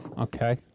Okay